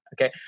Okay